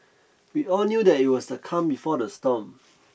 we all knew that it was the calm before the storm